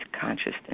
consciousness